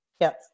Yes